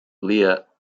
lea